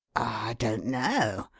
don't know.